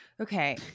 Okay